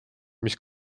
mis